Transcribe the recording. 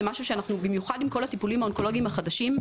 במיוחד עם כל הטיפולים האונקולוגיים החדשים,